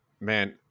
man